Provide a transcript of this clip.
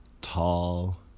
tall